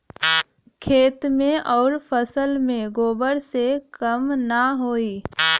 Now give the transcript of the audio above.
खेत मे अउर फसल मे गोबर से कम ना होई?